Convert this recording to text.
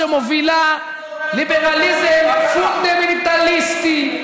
שמובילה ליברליזם פונדמנטליסטי,